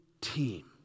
team